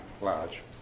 large